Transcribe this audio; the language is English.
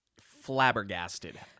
Flabbergasted